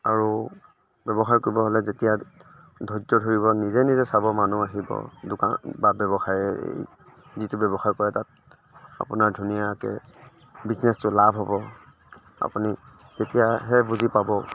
আৰু ব্য়ৱসায় কৰিব হ'লে যেতিয়া ধৈৰ্য ধৰিব নিজে নিজে চাব মানুহ আহিব দোকান বা ব্য়ৱসায় যিটো ব্য়ৱসায় কৰে তাত আপোনাৰ ধুনীয়াকৈ বিজনেছটোত লাভ হ'ব আপুনি তেতিয়াহে বুজি পাব